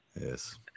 Yes